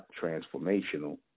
transformational